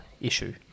issue